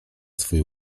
swój